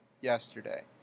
yesterday